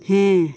ᱦᱮᱸ